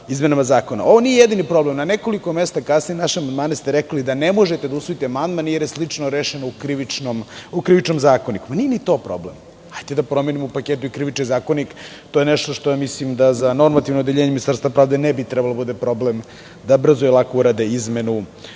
izmenama zakona. Ovo nije jedini problem, na nekoliko mesta kasnije, naše amandmane ste rekli da ne možete da usvojite jer je slično rešeno u Krivičnom zakoniku. Nije ni to problem, hajde da promenimo u paketu i Krivični zakonik, to je nešto što ja mislim da za normativno odeljenje Ministarstva pravde ne bi trebalo da bude problem, da brzo i lako urade izmene